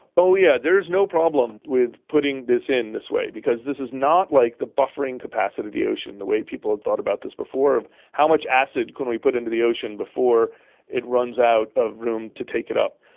oh yes, yeah there's no problem with putting this in this way because this is not like the buffering capacity of the ocean the way people thought about this before of how much acid can we put into the ocean before it runs out of room to take it up.